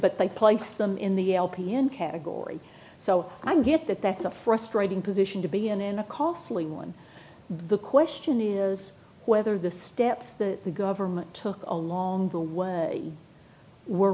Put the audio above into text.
but they placed them in the lpn category so i get that that's a frustrating position to be in and a costly one the question is whether the steps that the government took along the way were